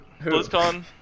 BlizzCon